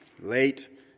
Late